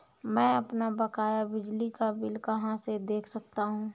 मैं अपना बकाया बिजली का बिल कहाँ से देख सकता हूँ?